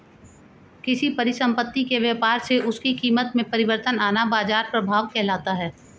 किसी परिसंपत्ति के व्यापार से उसकी कीमत में परिवर्तन आना बाजार प्रभाव कहलाता है